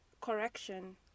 correction